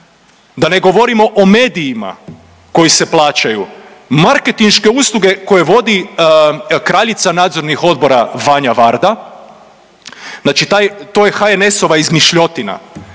Da ne govorimo o medijima koji se plaćaju, marketinške usluge koje vodi kraljica nadzornih odbora Vanja Varda, znači to je HNS-ova izmišljotina,